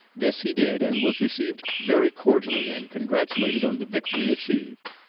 this he did, and was received very cordially and congratulated on the victory achieved.